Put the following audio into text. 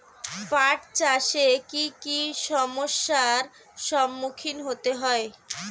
পাঠ চাষে কী কী সমস্যার সম্মুখীন হতে হয়?